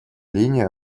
линию